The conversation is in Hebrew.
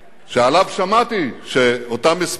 שעליו שמעתי שאותם הספדים,